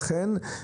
וכן,